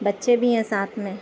بچے بھی ہیں ساتھ میں